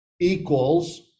Equals